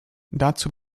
dazu